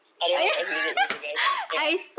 I don't know what's with it with you guys ya